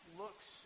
looks